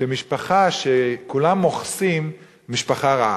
שמשפחה שבה כולם מוכסים היא משפחה רעה.